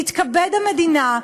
תתכבד המדינה,